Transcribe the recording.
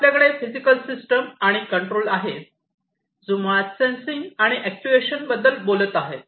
आपल्याकडे physical system आणि control आहे जे मुळात सेन्सिंग आणि अॅक्ट्युएशनबद्दल बोलत आहे